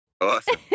Awesome